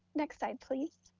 next slide, please.